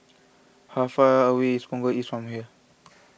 how far away is Punggol East from here